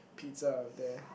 pizza on there